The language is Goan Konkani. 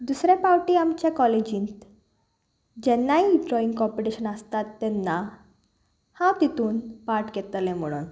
दुसऱ्या पावटी आमच्या कॉलेजींत जेन्नाय ड्रॉइंग कॉम्पिटिशन आसतात तेन्ना हांव तितून पार्ट घेतलें म्हणून